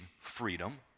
freedom